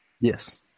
Yes